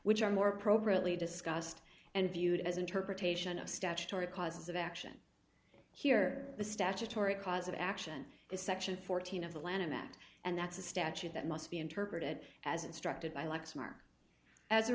which are more appropriately discussed and viewed as interpretation of statutory causes of action here the statutory cause of action is section fourteen of the lanham act and that's a statute that must be interpreted as instructed by lexmark as a